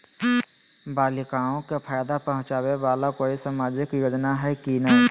बालिकाओं के फ़ायदा पहुँचाबे वाला कोई सामाजिक योजना हइ की नय?